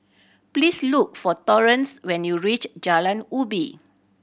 please look for Torrance when you reach Jalan Ubi